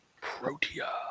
Protea